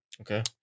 Okay